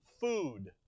food